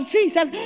Jesus